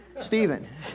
Stephen